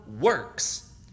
works